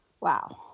Wow